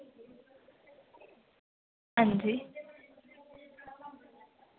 हां जी